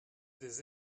des